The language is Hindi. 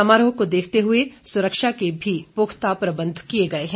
समारोह को देखते हुए सुरक्षा के भी पुख्ता प्रबंध किए गए हैं